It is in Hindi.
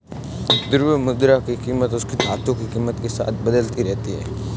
द्रव्य मुद्रा की कीमत उसकी धातु की कीमत के साथ बदलती रहती है